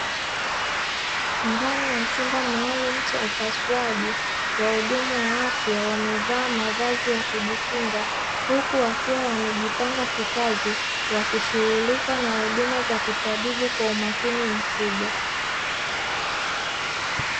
Ndani ya chumba maalumu cha upasuaji, wahudumu wa afya wamevaa mavazi ya kujikinga, huku wakiwa wamejipanga kikazi wakishughulika na huduma za kitabibu kwa umakini mkubwa.